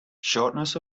shortness